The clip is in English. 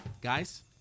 guys